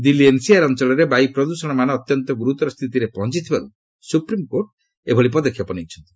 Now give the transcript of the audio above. Delhi NCR ଅଞ୍ଚଳରେ ବାୟୁ ପ୍ରଦୂଷଣ ମାନ ଅତ୍ୟନ୍ତ ଗୁରୁତର ସ୍ଥିତିରେ ପହଞ୍ଚିବାରୁ ସୁପ୍ରିମକୋର୍ଟ ଏଭଳି ପଦକ୍ଷେପ ନେଇଛନ୍ତି